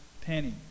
penny